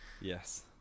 Yes